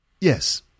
Yes